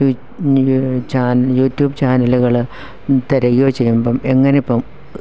YouTube ചാനലുകള് തിരയുകയോ ചെയ്യുമ്പം എങ്ങനെ ഇപ്പം